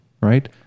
right